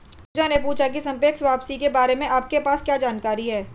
पूजा ने पूछा की सापेक्ष वापसी के बारे में आपके पास क्या जानकारी है?